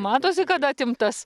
matosi kad atimtas